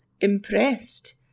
impressed